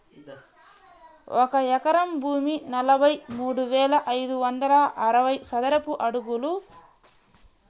ఒక ఎకరం భూమి నలభై మూడు వేల ఐదు వందల అరవై చదరపు అడుగులు